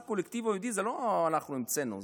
את המושג "הקולקטיב היהודי" לא אנחנו המצאנו,